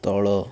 ତଳ